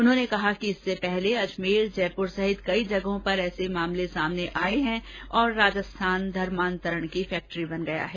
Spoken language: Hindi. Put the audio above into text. उन्होंने कहा कि इससे पहले अजमेर जयपुर सहित कई जगहों पर ऐसे मामले सामने आए हैं और राजस्थान धर्मांतरण की फैक्ट्री बन गया है